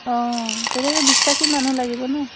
অঁ তেনেকে বিশ্বাসী মানুহ লাগিব ন